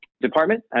department